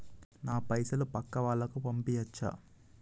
నా పైసలు పక్కా వాళ్ళకు పంపియాచ్చా?